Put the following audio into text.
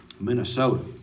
Minnesota